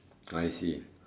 I see